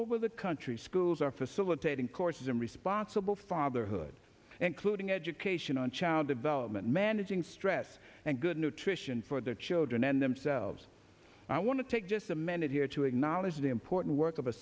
over the country schools are facilitating courses in responsible fatherhood including education on child development managing stress and good nutrition for their children and themselves i want to take just a minute here to acknowledge the important work of a